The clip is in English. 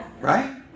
right